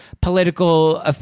political